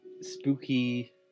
spooky